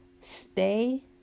stay